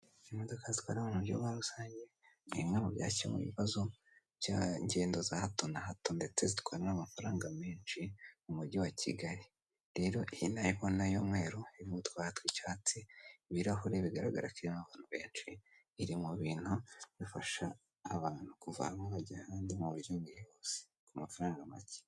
Imodoka zitwara mu buryo bwa rusange ni bimwe byakemuye ibibazo by'ingendo za hato na hato ndetse z'itwara n'amafaranga menshi mu mujyi wa Kigali .Rero ino ubona y' umweru irimo utubara tw'icyatsi ibirahure bigaragara ko irimo abantu benshi, iri mu bintu bifasha abantu kuva hamwe bajya ahandi mu buryo bwihuse ku mafaranga make.